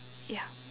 ya